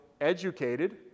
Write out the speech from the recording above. educated